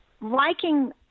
liking